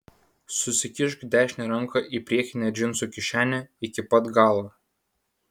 susikišk dešinę ranką į priekinę džinsų kišenę iki pat galo